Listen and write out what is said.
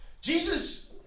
Jesus